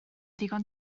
ddigon